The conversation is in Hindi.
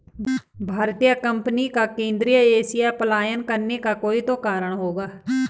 भारतीय कंपनी का केंद्रीय एशिया पलायन करने का कोई तो कारण होगा